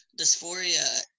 Dysphoria